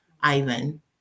Ivan